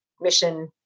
mission